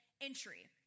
entry